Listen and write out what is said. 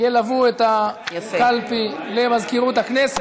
הסדרנים בליווי יושב-ראש ועדת הקלפי ילוו את הקלפי למזכירות הכנסת.